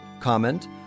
comment